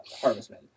Harvestmen